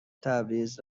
تبریز